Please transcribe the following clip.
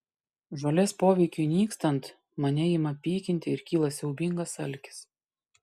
žolės poveikiui nykstant mane ima pykinti ir kyla siaubingas alkis